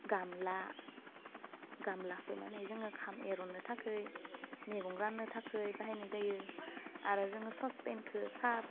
गामला गामलाखौ माने जोङो खाम एर'ननो थाखै मेगं राननो थाखै बाहायनाय जायो आरो जोङो ससपेनखौ साह